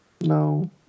no